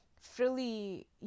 frilly